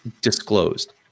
disclosed